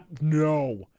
no